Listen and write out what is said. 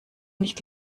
nicht